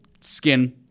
skin